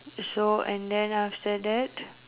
so and then after that